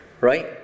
Right